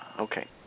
Okay